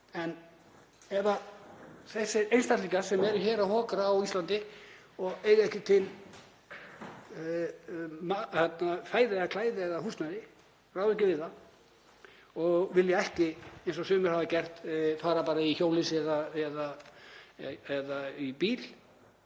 En ef þessir einstaklingar sem hokra hér á Íslandi og eiga ekki til fæði, klæði eða húsnæði, ráða ekki við það, og vilja ekki, eins og sumir hafa gert, fara bara í hjólhýsi eða í bíl